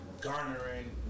garnering